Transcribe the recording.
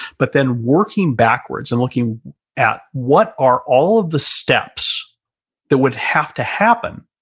but then working backwards and looking at what are all of the steps that would have to happen